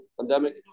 pandemic